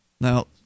Now